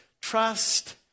Trust